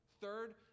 Third